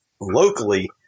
locally